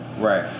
Right